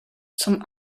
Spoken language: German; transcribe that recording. zum